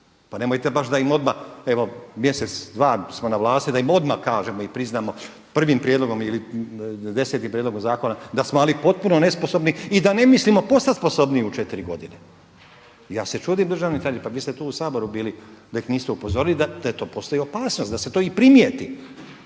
Pa nemojte baš da im odmah evo mjesec, dva smo na vlasti pa da im odmah kažemo i priznamo prvim prijedlogom ili desetim prijedlogom zakona da smo ali potpuno nesposobni i da ne mislimo postat sposobniji u četiri godine. Ja se čudim državni tajniče, pa vi ste tu u Saboru bili da ih niste upozorili da to postoji opasnost, da se to i primijeti.